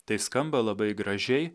tai skamba labai gražiai